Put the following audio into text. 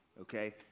okay